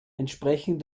entsprechen